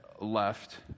left